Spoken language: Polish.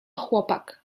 chłopak